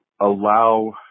allow